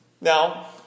Now